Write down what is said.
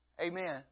Amen